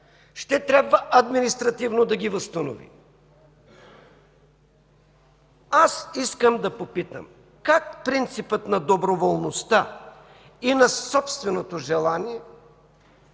ще трябва административно да ги възстанови. Аз искам да попитам: как принципът на доброволността и на собственото желание